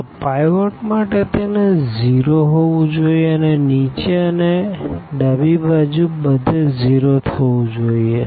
તો પાઈવોટ માટે તેને 0 હોવું જોઈએ અને નીચે અને ડાબી બાજુ બધે 0 થવું જોઈએ